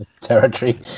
Territory